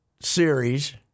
series